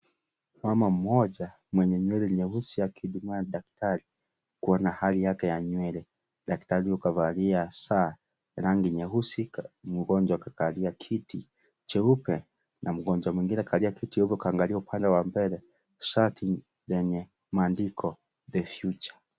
Mama mmoja mwenye nywele nyeusi akimwona daktari kuona Hali yake ya nywele daktari kavalia saa yenye rangi nyeusi mgonjwa kakalia kiti cheupe na mgonjwa mwingine amekaa akiwa amevalia shati iliyoandikwa refugee .